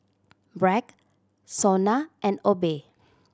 Bragg SONA and Obey